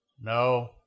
No